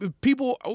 people